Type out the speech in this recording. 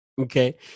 Okay